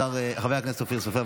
השר חבר הכנסת אופיר סופר,